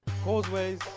Causeways